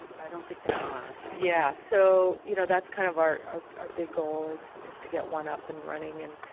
i don't think there are. yeah. so you know, that's kind of our our big goal is, is to get one up and running. and